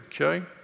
Okay